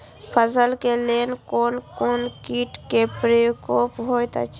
फसल के लेल कोन कोन किट के प्रकोप होयत अछि?